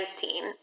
team